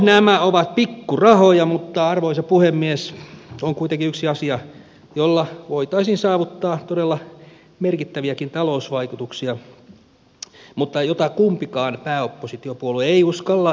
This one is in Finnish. nämä ovat pikkurahoja mutta arvoisa puhemies on kuitenkin yksi asia jolla voitaisiin saavuttaa todella merkittäviäkin talousvaikutuksia mutta jota kumpikaan pääoppositiopuolue ei uskalla edes mainita